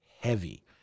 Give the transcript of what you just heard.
heavy